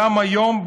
גם היום,